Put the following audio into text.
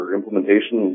implementation